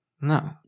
No